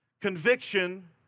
Conviction